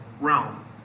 realm